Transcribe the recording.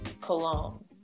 cologne